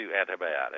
antibiotics